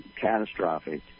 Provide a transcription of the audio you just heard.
catastrophic